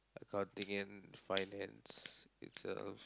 accounting and finance it's a